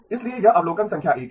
इसलिए यह अवलोकन संख्या 1 है